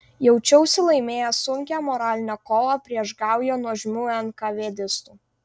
jaučiausi laimėjęs sunkią moralinę kovą prieš gaują nuožmių enkavėdistų